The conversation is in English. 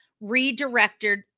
redirected